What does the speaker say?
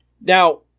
now